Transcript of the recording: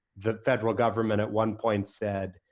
the federal government at one point said,